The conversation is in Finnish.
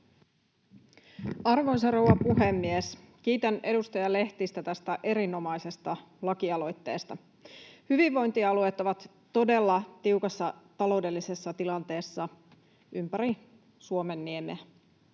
Arvoisa rouva puhemies! Kiitän edustaja Lehtistä tästä erinomaisesta lakialoitteesta. Hyvinvointialueet ovat todella tiukassa taloudellisessa tilanteessa ympäri Suomenniemeä.